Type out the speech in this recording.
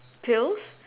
pills